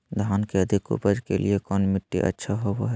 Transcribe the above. धान के अधिक उपज के लिऐ कौन मट्टी अच्छा होबो है?